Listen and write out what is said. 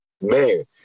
man